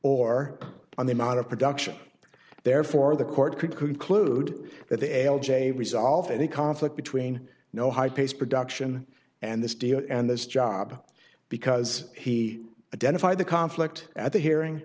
or on the amount of production therefore the court could conclude that the l j resolving conflict between no high paced production and this deal and this job because he identified the conflict at the hearing